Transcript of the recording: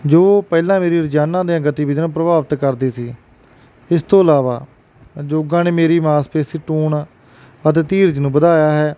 ਜੋ ਪਹਿਲਾਂ ਮੇਰੀ ਰੋਜ਼ਾਨਾ ਦੀਆਂ ਗਤੀਵਿਧੀਆਂ ਨੂੰ ਪ੍ਰਭਾਵਿਤ ਕਰਦੀ ਸੀ ਇਸ ਤੋਂ ਇਲਾਵਾ ਯੋਗਾ ਨੇ ਮੇਰੀ ਮਾਸ਼ਪੇਸ਼ੀ ਟੋਨ ਅਤੇ ਧੀਰਜ ਨੂੰ ਵਧਾਇਆ ਹੈ